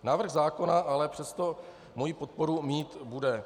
Návrh zákona ale přesto moji podporu mít bude.